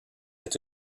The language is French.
est